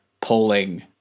polling